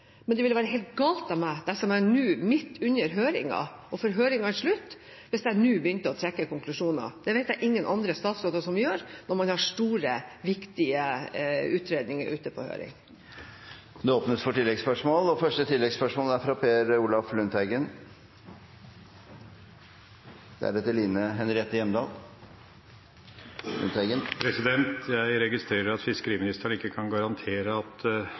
men det ville være helt galt av meg dersom jeg nå midt under høringen, før høringen er slutt, begynte å trekke konklusjoner. Jeg vet ikke om noen andre statsråder som gjør det, når man har store, viktige utredninger ute på høring. Det åpnes for oppfølgingsspørsmål – først Per Olaf Lundteigen. Jeg registrerer at fiskeriministeren ikke kan garantere at